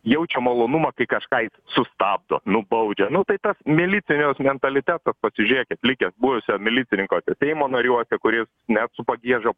jaučia malonumą kai kažką jis sustabdo nubaudžia nu tai tas milicijos mentalitetas pasižiūrėkit likęs buvusio milicininko seimo nariuose kuris net su pagieža